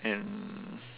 and